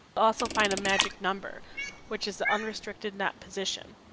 also find a magic number which is unrestricted net position.